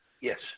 Yes